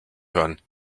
hören